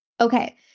Okay